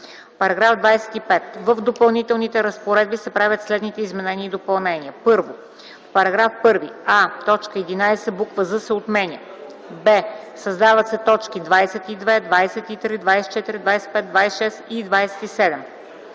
§ 25: „§ 25. В Допълнителните разпоредби се правят следните изменения и допълнения: 1. В § 1: а) в т. 11 буква „з” се отменя; б) създават се точки 22, 23, 24, 25, 26 и 27: